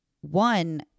one